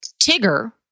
Tigger